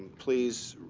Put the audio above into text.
please